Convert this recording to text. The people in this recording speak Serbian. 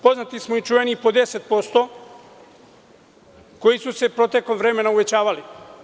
Poznati smo i čuveni po 10%, koji su se u proteklom periodu uvećavali.